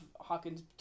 hawkins